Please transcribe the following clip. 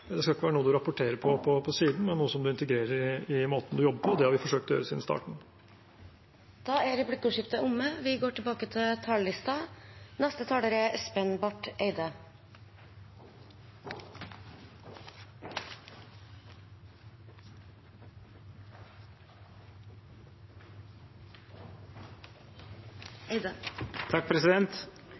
Det skal ikke være noe man rapporterer om på siden, men noe man integrerer i måten man jobber på. Det har vi forsøkt å gjøre siden starten. Replikkordskiftet er omme. FNs bærekraftsmål er